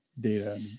data